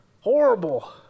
horrible